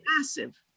massive